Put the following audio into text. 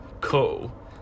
cool